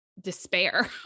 despair